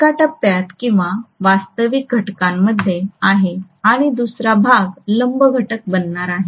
एक टप्प्यात किंवा वास्तविक घटकामध्ये आहे आणि दुसरा भाग लंब घटक बनणार आहे